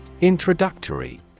Introductory